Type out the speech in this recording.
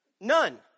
none